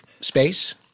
space